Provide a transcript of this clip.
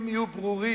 שהשיקולים יהיו ברורים,